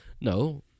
no